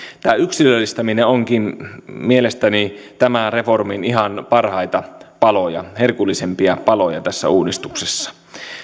tämä yksilöllistäminen onkin mielestäni tämän reformin ihan parhaita paloja herkullisimpia paloja tässä uudistuksessa